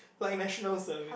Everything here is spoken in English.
like National Service